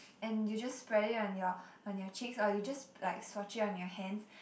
and you just spread it on your on your cheeks or you just like swatch it on your hands